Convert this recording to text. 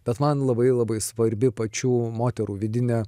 bet man labai labai svarbi pačių moterų vidinė